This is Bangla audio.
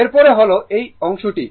এরপরে হল এই অংশটি